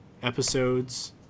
episodes